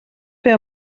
fer